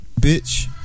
Bitch